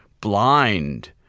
blind